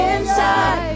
Inside